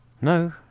No